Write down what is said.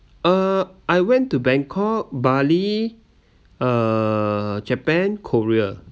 uh I went to bangkok bali uh japan korea